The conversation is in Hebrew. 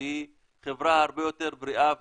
שהיא חברה הרבה יותר בריאה וחזקה.